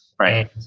right